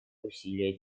усилия